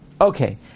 Okay